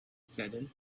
saddened